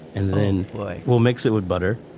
and then we'll mix it with butter.